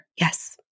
Yes